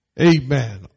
Amen